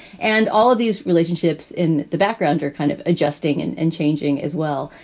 and all of these relationships in the background are kind of adjusting and and changing as well.